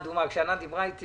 כשענת דיברה איתי,